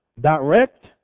direct